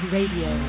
Radio